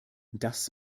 das